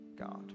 God